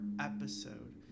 episode